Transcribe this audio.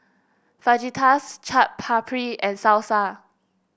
Fajitas Chaat Papri and Salsa